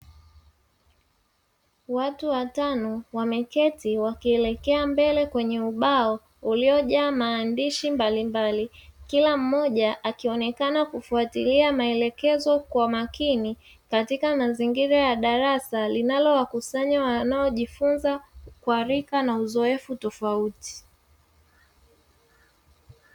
Watu watano wameketi wakielekea mbele kwenye ubao uliojaa maandishi mbalimbali, kila mmoja akionekana kufuatilia maelekezo kwa makini katika mazingira ya darasa linalowakusanya wanaojifunza kwa rika na uzoefu tofauti.